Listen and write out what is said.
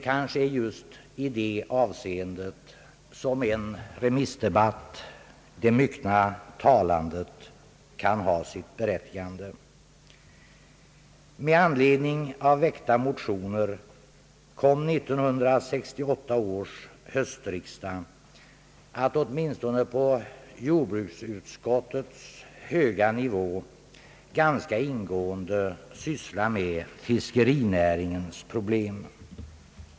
Kanske är det just i det avseendet som en remissdebatt — det myckna talandet — kan ha sitt berättigande. Med anledning av väckta motioner kom 1968 års höstriksdag att åtminstone på jordbruksutskottets höga nivå — ganska ingående syssla med fiskerinäringens problem.